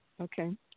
Okay